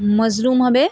mushroom হবে